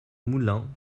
moulin